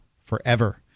forever